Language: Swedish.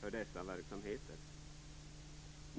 för dessa verksamheter.